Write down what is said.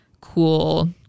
cool